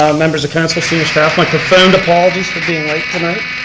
um members of council, senior staff. my profound apologies for being late tonight.